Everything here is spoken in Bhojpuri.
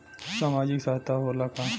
सामाजिक सहायता होला का?